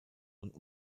und